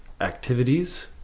activities